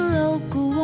local